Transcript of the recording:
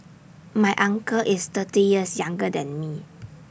my uncle is thirty years younger than me